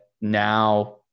now